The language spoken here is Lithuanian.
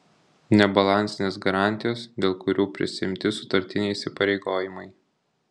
nebalansinės garantijos dėl kurių prisiimti sutartiniai įsipareigojimai